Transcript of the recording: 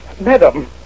Madam